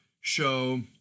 show